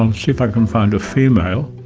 i'll see if i can find a female.